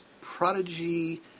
Prodigy